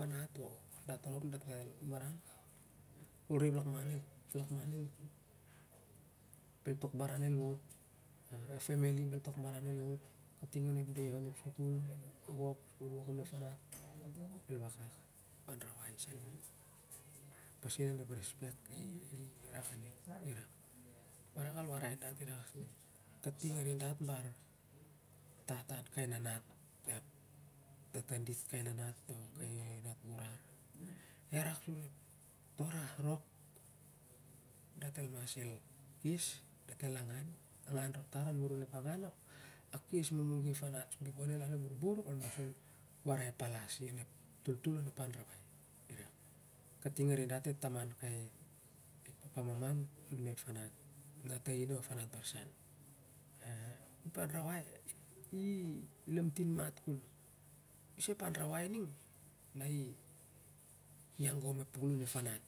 ol ra ep lakman na balal tok baran el wot ting on ep family bel tong baran el wot ting onep deh onep sikul dat el mas gatep anrawai ep pasin onep respect irak aning avak al warai dat i rak se kating arin dat kai tatan kai nanat tamaa kai nanat ia rat toh rah rop dat el mas el kes dat elangan angan rop tar aipakes mamagi ep farat before relan el borbor ol mas warai talai i onep pasin onep anrawai is a ep an rawai ning i agon ep piklun ep farat